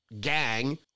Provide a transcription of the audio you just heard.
gang